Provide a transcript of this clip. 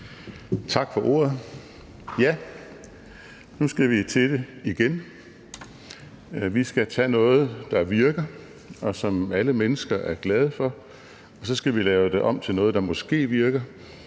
Tak for ordet. Ja, nu skal vi til det igen. Vi skal tage noget, der virker, og som alle mennesker er glade for, og så skal vi lave det om til noget, der måske virker,